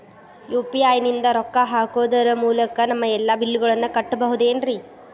UPI ನಿಂದ ರೊಕ್ಕ ಹಾಕೋದರ ಮೂಲಕ ನಮ್ಮ ಎಲ್ಲ ಬಿಲ್ಲುಗಳನ್ನ ಕಟ್ಟಬಹುದೇನ್ರಿ?